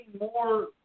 more